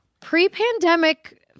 Pre-pandemic